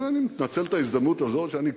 אז אני מנצל את ההזדמנות הזאת שאני כאן,